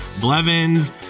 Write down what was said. blevins